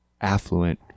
affluent